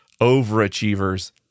overachievers